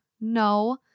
no